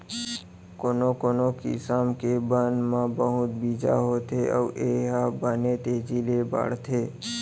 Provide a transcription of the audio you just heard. कोनो कोनो किसम के बन म बहुत बीजा होथे अउ ए ह बने तेजी ले बाढ़थे